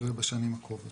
ובשנים הקרובות.